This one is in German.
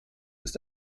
ist